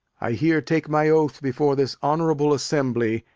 i here take my oath before this honourable assembly,